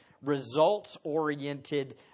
results-oriented